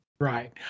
Right